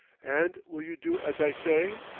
and will you do as i say?